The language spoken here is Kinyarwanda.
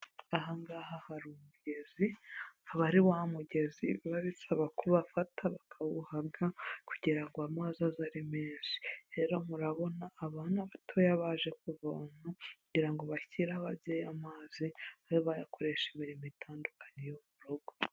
Aha ngaha hari umugezi, akaba ari wa mugezi biba bisaba ko bafata bakawuhaga, kugira ngo amazi aze ari menshi. Rero murabona abana batoya baje kuvomo kugira ngo bashyire ababyeyi amazi, babe bayakoresha imirimo itandukanye yo mu rugo.